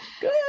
Good